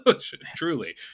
Truly